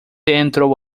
entrou